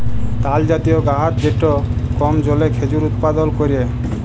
তালজাতীয় গাহাচ যেট কম জলে খেজুর উৎপাদল ক্যরে